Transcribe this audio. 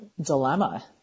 dilemma